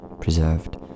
preserved